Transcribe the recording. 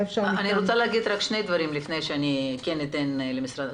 אני רוצה להגיד שני דברים לפני שאתן למשרד הבריאות להתייחס.